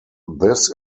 this